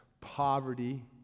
poverty